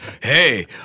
Hey